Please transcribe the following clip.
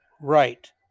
right